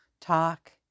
talk